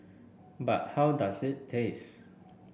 but how does it taste